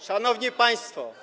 Szanowni Państwo!